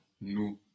nous